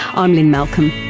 i'm lynne malcolm.